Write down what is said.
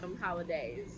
holidays